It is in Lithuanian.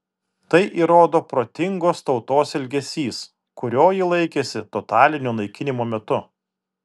tai įrodo protingos tautos elgesys kurio ji laikėsi totalinio naikinimo metu